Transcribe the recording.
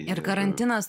ir karantinas